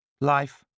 Life